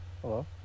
Hello